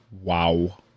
wow